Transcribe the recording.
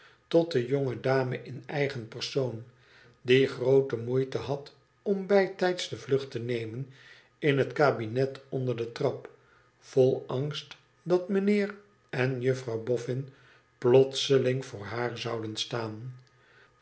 tot de jonge dame in eigen persoon die groote moeite had om bijtijds de vlucht te nemen in het kabinetje onder de trap vol angst dat mijnheer en juffrouw boffin plotseling voor haar zouden staan